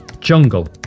jungle